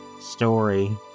story